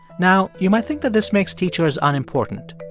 now, you might think that this makes teachers unimportant.